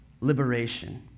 liberation